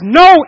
no